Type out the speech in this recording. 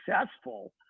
successful